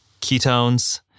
ketones